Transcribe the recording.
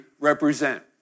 represent